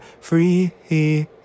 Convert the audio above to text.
free